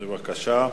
בבקשה.